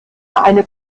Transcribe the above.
eine